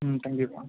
ம் தேங்க் யூப்பா